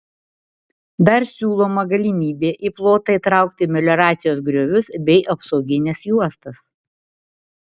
dar siūloma galimybė į plotą įtraukti melioracijos griovius bei apsaugines juostas